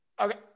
Okay